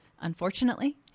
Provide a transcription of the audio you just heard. unfortunately